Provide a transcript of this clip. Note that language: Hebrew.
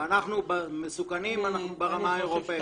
במסוכנים אנחנו ברמה האירופאית.